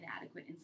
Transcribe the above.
inadequate